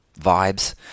vibes